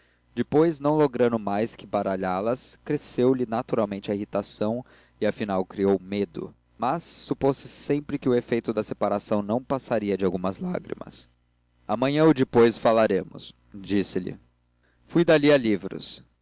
depois não logrando mais que baralhá las cresceu lhe naturalmente a irritação e afinal criou medo mas supôs sempre que o efeito da separação não passaria de algumas lágrimas amanhã ou depois falaremos disse-lhe fui dali aos livros